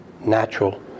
natural